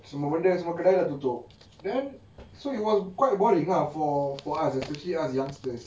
semua benda semua kedai dah tutup then so it was quite boring lah for for us especially us youngsters